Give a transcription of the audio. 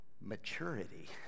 Maturity